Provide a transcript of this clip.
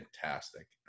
fantastic